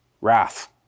Wrath